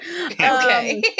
okay